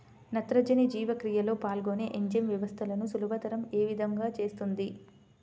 నత్రజని జీవక్రియలో పాల్గొనే ఎంజైమ్ వ్యవస్థలను సులభతరం ఏ విధముగా చేస్తుంది?